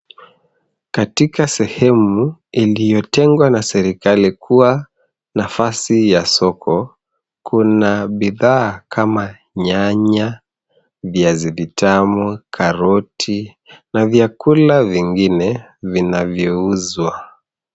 Katika sehemu iliyotengwa na serikali kua nafasi ya soko kuna bidhaa kama nyanya, viazi vitamu, karoti na vyakula vingine vinanyouzwa.